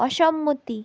অসম্মতি